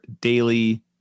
daily